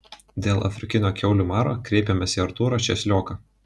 dėl afrikinio kiaulių maro kreipėmės į artūrą česlioką